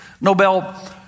Nobel